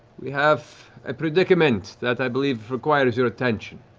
we have a predicament that i believe requires your attention.